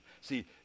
See